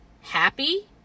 happy